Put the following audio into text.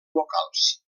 locals